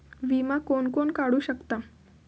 विमा कोण कोण काढू शकता?